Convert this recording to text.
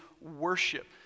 worship